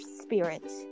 spirit